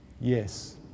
yes